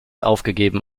aufgegeben